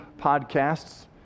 podcasts